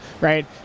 right